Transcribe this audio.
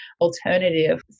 alternative